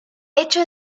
hecho